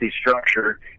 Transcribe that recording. structure